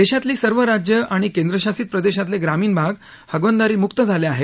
देशातली सर्व राज्ये आणि केंद्रशासित प्रदेशातले ग्रामीण भाग हागणदारीमुक्त झाले आहेत